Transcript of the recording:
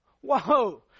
Whoa